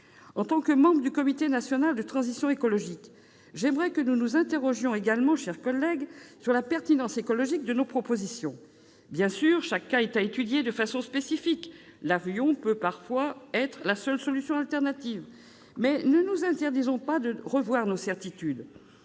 En tant que membre du Conseil national de la transition écologique, j'aimerais que nous nous interrogions également, mes chers collègues, sur la pertinence écologique de nos propositions. Bien sûr, chaque cas est à étudier de façon spécifique, l'avion pouvant être parfois la seule solution. Mais ne nous interdisons pas de revoir nos certitudes